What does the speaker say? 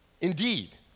Indeed